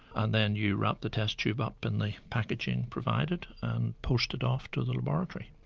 and then you wrap the test tube up in the packaging provided and post it off to the laboratory.